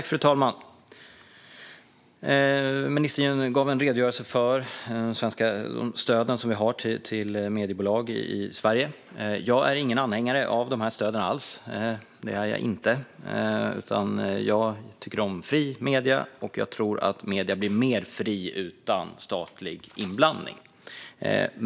Fru talman! Ministern gav en redogörelse för de stöd som vi har till mediebolag i Sverige. Jag är inte alls någon anhängare av dessa stöd. Det är jag inte. Jag tycker om fria medier, och jag tror att medier blir mer fria utan statlig inblandning.